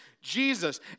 Jesus